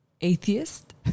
atheist